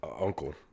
uncle